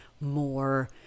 more